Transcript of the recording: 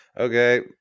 Okay